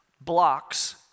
blocks